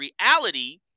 reality